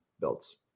builds